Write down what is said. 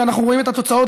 ואנחנו רואים את התוצאות,